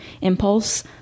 impulse